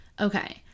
Okay